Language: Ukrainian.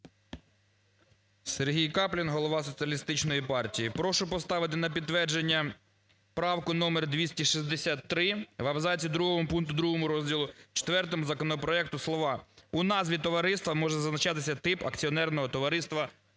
Сергій Каплін, голова Соціалістичної партії. Прошу поставити на підтвердження правку номер 263, в абзаці другому, пункті 2 розділу IV законопроекту слова "у назві товариства може зазначатись тип акціонерного товариства" виключити.